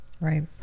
Right